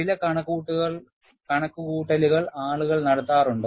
ചില കണക്കുകൂട്ടലുകൾ ആളുകൾ നടത്താറുണ്ട്